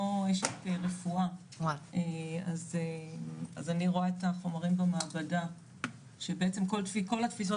לא אשת רפואה אז אני רואה את החומרים במעבדה שבעצם כל התפיסות